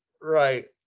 right